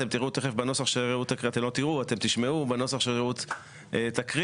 אתם תשמעו תכף בנוסח שרעות תקריא,